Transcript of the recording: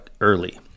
early